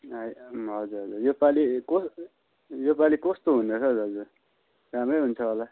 है हजुर हजुर यो पाली कोस यो पाली कस्तो हुँन्दैछ हौ दाजु राम्रै हुन्छ होला